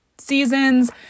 seasons